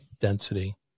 density